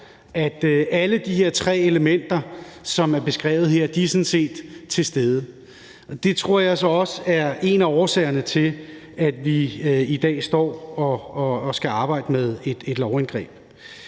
at alle de tre elementer, som er beskrevet her, sådan set er til stede, og det tror jeg så også er en af årsagerne til, at vi i dag står og skal arbejde med et lovindgreb.